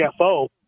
CFO